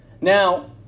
Now